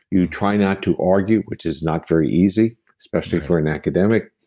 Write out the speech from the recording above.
you try not to argue, which is not very easy, especially for an academic,